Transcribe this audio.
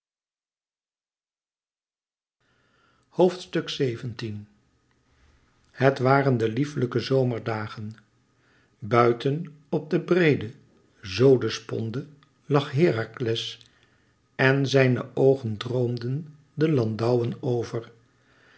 xvii het waren de lieflijke zomerdagen buiten op de breede zodensponde lag herakles en zijne oogen droomden de landouwen over